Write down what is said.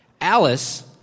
Alice